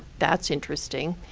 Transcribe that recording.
that's interesting.